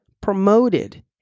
promoted